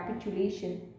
capitulation